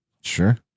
Sure